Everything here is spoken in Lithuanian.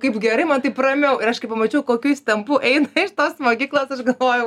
kaip gerai man taip ramiau ir aš kai pamačiau kokiu jis tempu eina iš tos mokyklos aš galvojau